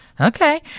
Okay